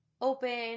open